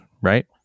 right